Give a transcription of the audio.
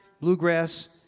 bluegrass